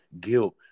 guilt